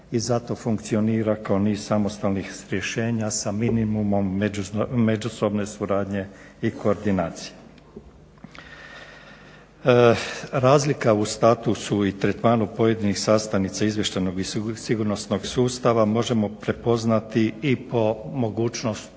i zato funkcionira kao niz samostalnih rješenja sa minimumom međusobne suradnje i koordinacije. Razlika u statusu i tretmanu pojedinih sastavnica izvještajnog i sigurnosnog sustava možemo prepoznati i po mogućnosti